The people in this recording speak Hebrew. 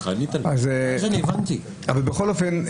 בכל אופן,